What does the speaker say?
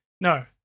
no